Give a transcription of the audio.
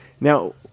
Now